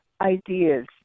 ideas